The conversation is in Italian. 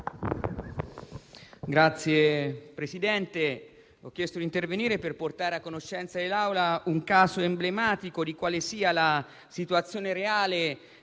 Signor Presidente, ho chiesto di intervenire per portare a conoscenza dell'Assemblea un caso emblematico della situazione reale